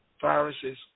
viruses